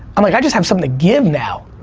i'm like i just have something to give now.